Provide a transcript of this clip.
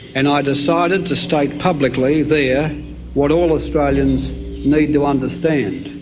and i decided to state publicly there what all australians need to understand,